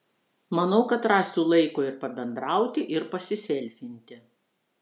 manau kad rasiu laiko ir pabendrauti ir pasiselfinti